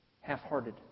half-hearted